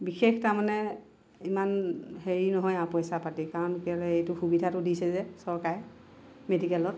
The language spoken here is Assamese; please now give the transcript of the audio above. বিশেষ তাৰমানে ইমান হেৰি নহয় আৰু পইচা পাতি কাৰণ কেলৈ এইটো সুবিধাটো দিছে যে চৰকাৰে মেডিকেলত